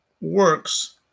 works